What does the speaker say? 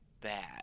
bad